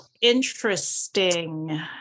interesting